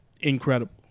incredible